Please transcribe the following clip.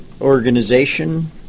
organization